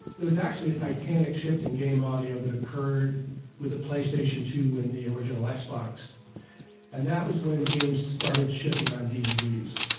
there was actually a titanic shift in game audio that occurred with the playstation two and the original like xbox and that was when games started shipping on dvds.